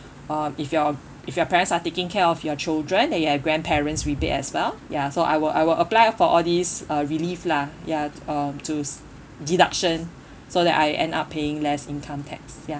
um if your if your parents are taking care of your children then you have grandparents rebate as well ya so I will I will apply for all these uh relief lah ya um to s~ deduction so that I end up paying less income tax ya